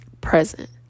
present